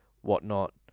whatnot